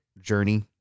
journey